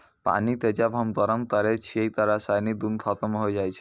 पानी क जब हम गरम करै छियै त रासायनिक गुन खत्म होय जाय छै